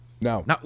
No